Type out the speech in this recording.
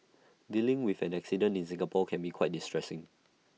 dealing with an accident in Singapore can be quite distressing